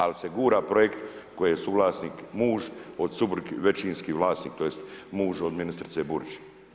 Ali se gura projekt koji je suvlasnik muž, većinski vlasnik tj., muž od ministrice Burić.